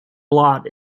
blot